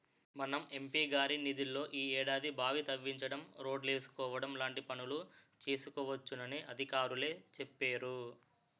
మన ఎం.పి గారి నిధుల్లో ఈ ఏడాది బావి తవ్వించడం, రోడ్లేసుకోవడం లాంటి పనులు చేసుకోవచ్చునని అధికారులే చెప్పేరు